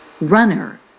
Runner